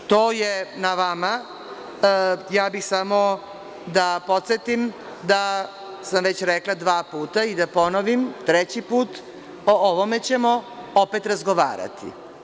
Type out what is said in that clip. To je na vama, ja bih samo da podsetim da sam već rekla dva puta i da ponovim treći put, o ovome ćemo opet razgovarati.